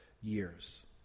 years